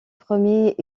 premier